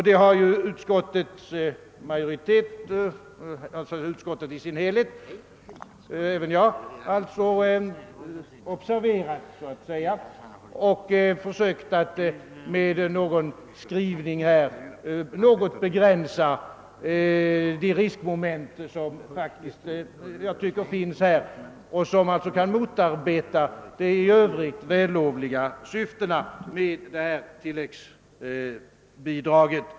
Detta har utskottet i sin helhet — och alltså även jag — observerat, och utskottet har med sin skrivning försökt något begränsa de riskmoment som faktiskt föreligger och som alltså kan motarbeta de i övrigt vällovliga syftena med tilläggsbidraget.